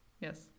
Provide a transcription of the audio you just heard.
Yes